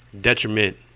detriment